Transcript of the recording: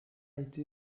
été